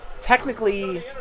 Technically